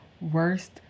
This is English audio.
worst